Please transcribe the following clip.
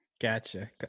Gotcha